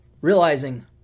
realizing